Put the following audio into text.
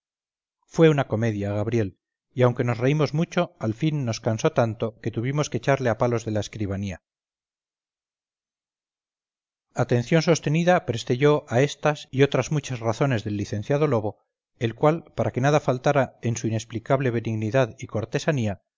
fue una comedia gabriel y aunque nos reímos mucho al fin nos cansó tanto que tuvimos que echarle a palos de la escribanía atención sostenida presté yo a estas y otras muchas razones del licenciado lobo el cual para que nada faltara en su inexplicable benignidad y cortesanía